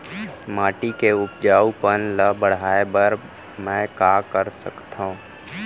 माटी के उपजाऊपन ल बढ़ाय बर मैं का कर सकथव?